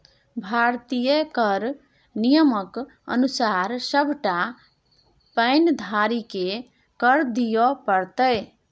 भारतीय कर नियमक अनुसार सभटा पैन धारीकेँ कर दिअ पड़तै